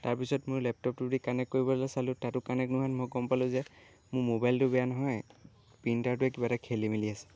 তাৰ পিছত মই লেপটপটো দি কানেক্ট কৰিবলৈ চালোঁ তাতো কানেক্ট নোহোৱাত মই গম পালোঁ যে মোৰ মোবাইলটো বেয়া নহয় প্ৰিণ্টাৰটোৰে কিবা এটা খেলি মেলি আছে